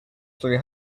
three